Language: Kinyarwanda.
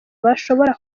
bashobora